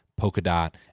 Polkadot